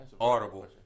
Audible